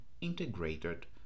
integrated